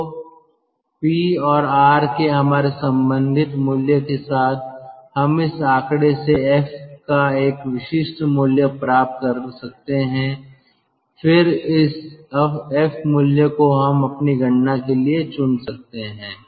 तो पी और आर के हमारे संबंधित मूल्य के साथ हम इस आंकड़े से एफ का एक विशिष्ट मूल्य प्राप्त कर सकते हैं और फिर उस एफ मूल्य को हम अपनी गणना के लिए चुन सकते हैं